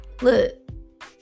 look